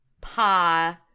pa